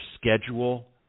schedule